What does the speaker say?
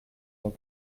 dans